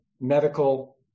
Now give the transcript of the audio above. medical